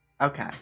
okay